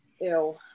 Ew